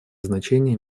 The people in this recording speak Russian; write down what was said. значение